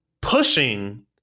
pushing